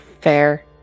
Fair